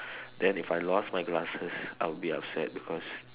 then if I lost my glasses I'll be upset because